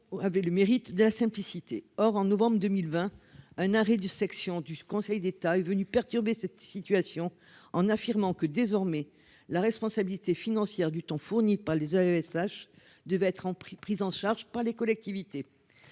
cette situation au avait le mérite de la simplicité, or en novembre 2020, un arrêt du section du Conseil d'État est venue perturber cette situation en affirmant que désormais la responsabilité financière du temps fournis par les AESH devait être en prix, prise en charge par les collectivités,